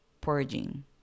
purging